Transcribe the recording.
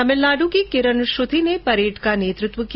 तमिलनाड़् की किरण श्रुति ने परेड का नेतृत्व किया